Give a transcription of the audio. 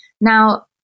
Now